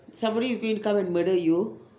somebody is going to come and murder you